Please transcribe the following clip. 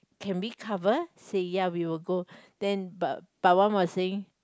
can we cover say ya we will go then but Pawan was saying